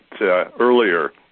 earlier